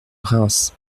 reims